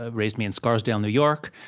ah raised me in scarsdale, new york.